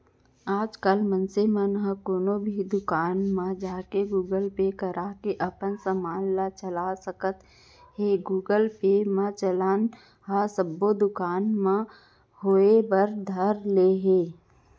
आजकल मनसे मन कोनो भी दुकान म जाके गुगल पे करके अपन काम ल चला सकत हें गुगल पे के चलन ह सब्बो दुकान म होय बर धर ले हे